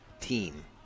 team